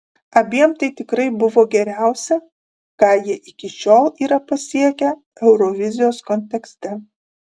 abiem tai tikrai buvo geriausia ką jie iki šiol yra pasiekę eurovizijos kontekste